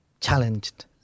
challenged